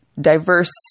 diverse